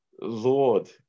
Lord